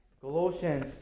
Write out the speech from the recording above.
Colossians